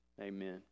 Amen